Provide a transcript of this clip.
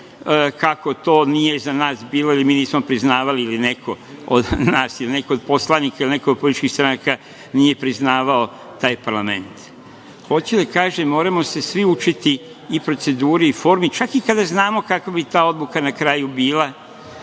kako to za nas nije bilo i mi nismo priznavali, neko od nas, neko od poslanika, neko od političkih stranka nije priznavao taj parlament. Hoću da kažem da se moramo svi učiti i proceduri i formi, čak i kada znamo kakva bi ta odluka na kraju bila,